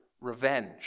revenge